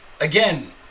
Again